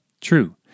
true